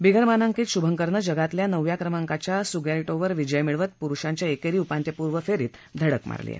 बिगरमानांकीत शुभंकरनं जगातल्या नवव्या क्रमांकाच्या सुगैटोंवर विजय मिळवत पुरुष एकेरीच्या उपान्त्यपूर्व फेरीत धडक मारली आहे